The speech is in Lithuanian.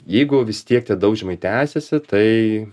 jeigu vis tiek tie daužymai tęsiasi tai